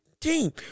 team